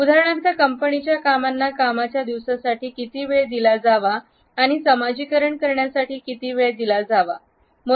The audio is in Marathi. उदाहरणार्थ कंपनीच्या कामांना कामाच्या दिवसासाठी किती वेळ दिला जातो आणि समाजीकरण करण्यासाठी किती वेळ दिला जातो